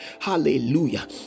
Hallelujah